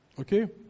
Okay